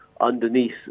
underneath